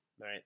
right